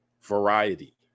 variety